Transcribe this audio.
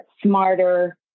smarter